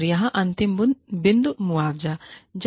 और यहाँ अंतिम बिंदु मुआवज़ा है